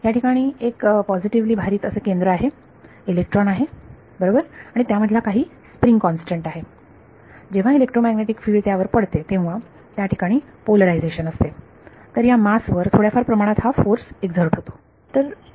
याठिकाणी एक पॉझिटिव्हली भारित केंद्र आहे इलेक्ट्रॉन आहे बरोबर आणि त्यामधला काही स्प्रिंग कॉन्स्टंट आहे जेव्हा इलेक्ट्रोमॅग्नेटिक फिल्ड त्यावर पडते तेव्हा त्याठिकाणी पोलरायझेशन असते तर या मास वर थोड्याफार प्रमाणात हा फोर्स एक्सर्ट होतो